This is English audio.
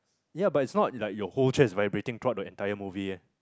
ya but it's not like your whole train is vibrating throughout the entire movie eh